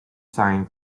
sign